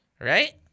Right